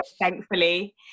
thankfully